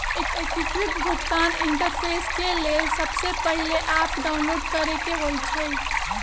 एकीकृत भुगतान इंटरफेस के लेल सबसे पहिले ऐप डाउनलोड करेके होइ छइ